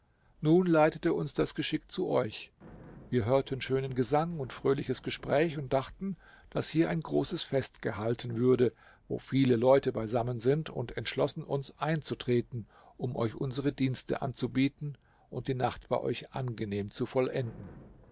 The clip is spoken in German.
nun leitete uns das geschick zu euch wir hörten schönen gesang und fröhliches gespräch und dachten daß hier ein großes fest gehalten würde wo viele leute beisammen sind und entschlossen uns einzutreten um euch unsere dienste anzubieten und die nacht bei euch angenehm zu vollenden